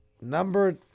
number